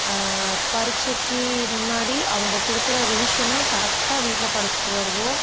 பரீட்சைக்கு முன்னாடி அவங்க கொடுக்கற ரிவிஷனை கரெக்டாக வீட்டில் படிச்சுட்டு வருவோம்